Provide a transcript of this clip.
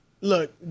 look